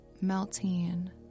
melting